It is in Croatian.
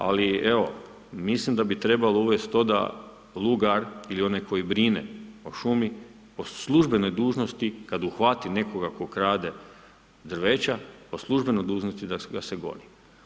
Ali evo mislim da bi trebalo uvesti to da lugar ili onaj koji brine o šumi po službenoj dužnosti kada uhvati nekoga koji krade drveća po službenoj dužnosti da ga se goni.